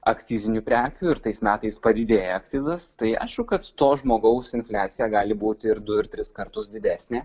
akcizinių prekių ir tais metais padidėja akcizas tai aišku kad to žmogaus infliacija gali būt ir du ir tris kartus didesnė